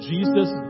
Jesus